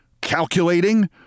calculating